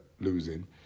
losing